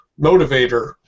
motivator